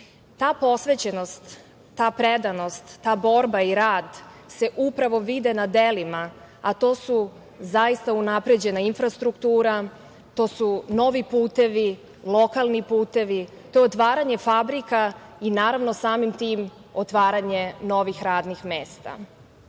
Ta posvećenost, ta predanost, ta borba i rad se upravo vide na delima, a to su zaista unapređena infrastruktura, to su novi putevi, lokalni putevi, to je otvaranje fabrika i naravno samim tim otvaranje novih radnih mesta. To